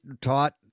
taught